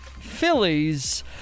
Phillies